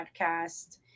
podcast